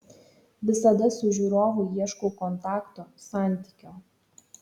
visada su žiūrovu ieškau kontakto santykio